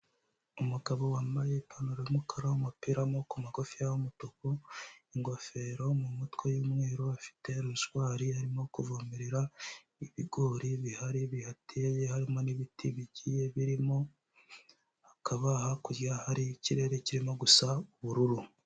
Umugabo wambaye ipantaro y'umukara, umupira w'amaboko magufiya w'umutuku, ingofero mu mutwe y'umweru, afite rozwari arimo kuvomerera ibigori bihari bihateye, harimo n'ibiti bigiye birimo, hakaba hakurya hari ikirere kirimo gusa ubururu.